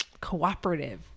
cooperative